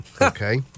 okay